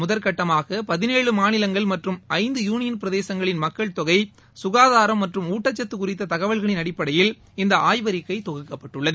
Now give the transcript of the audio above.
முதற்கட்டமாக பதினேழு மாநிலங்கள் மற்றும் ஐந்து யூனியன் பிரதேசங்களின் மக்கள்தொகை சுகாதாரம் மற்றும் ஊட்டச்சத்து குறித்த தகவல்களின் அடிப்படையில் இந்த ஆய்வறிக்கை தொகுக்கப்பட்டுள்ளது